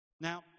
Now